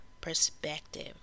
perspective